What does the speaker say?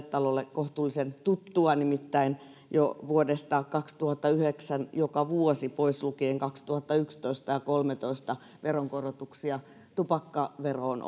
talolle kohtuullisen tuttua nimittäin jo vuodesta kaksituhattayhdeksän joka vuosi pois lukien kaksituhattayksitoista ja kaksituhattakolmetoista veronkorotuksia tupakkaveroon